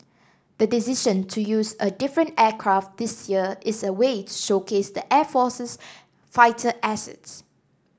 the decision to use a different aircraft this year is a way to showcase the air force's fighter assets